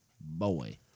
Boy